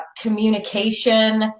communication